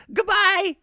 Goodbye